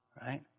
right